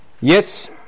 Yes